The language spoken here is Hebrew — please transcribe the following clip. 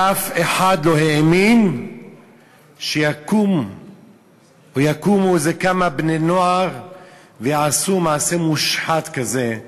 אף אחד לא האמין שיקומו איזה כמה בני-נוער ויעשו מעשה מושחת כזה,